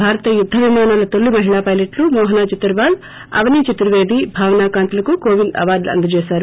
భారత యుద్ధవిమానాల్ తొలి మహిళా పైలట్లు మోహానా జితర్వాల్ అవనీ చతుర్వేది భావనాకాంత్లకు కోవింద్ అవార్గులు అందించారు